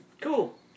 Cool